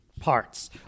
parts